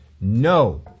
no